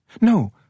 No